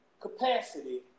capacity